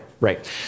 right